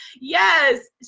Yes